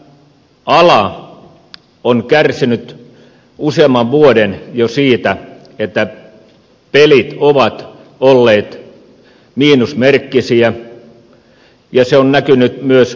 tämä ala on kärsinyt useamman vuoden jo siitä että pelit ovat olleet miinusmerkkisiä ja se on näkynyt myös palkintojen kehityksessä